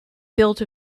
built